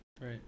right